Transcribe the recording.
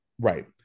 right